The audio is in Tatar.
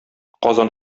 казан